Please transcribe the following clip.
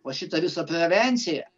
o šita visa prevencija